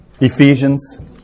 Ephesians